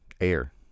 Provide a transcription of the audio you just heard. Air